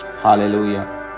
Hallelujah